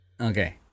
Okay